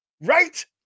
right